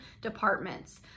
departments